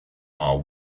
are